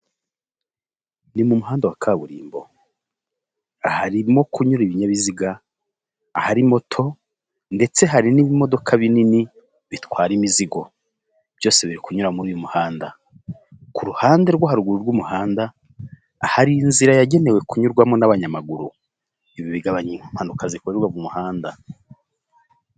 Ni mu muhanda wa kaburimbo harimo kunyura ibinyabiziga aha moto ndetse hari n'ibimodoka binini bitwara imizigo byose biri kunyura muri uyu muhanda, ku ruhande rwo haruguru rw'umuhanda hari inzira yagenewe kunyurwamo n'abanyamaguru ibi bigabanya impanuka zikorerwa mu muhanda.